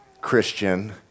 Christian